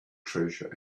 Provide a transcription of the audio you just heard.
treasure